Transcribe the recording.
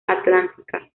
atlántica